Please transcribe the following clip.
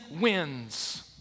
wins